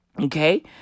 Okay